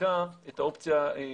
בחקיקה את האופציה לתמוך,